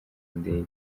indege